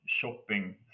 shopping